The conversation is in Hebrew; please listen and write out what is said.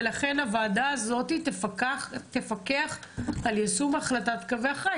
ולכן הוועדה הזאת תפקח על יישום החלטת קווי החיץ.